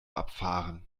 abfahren